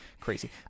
crazy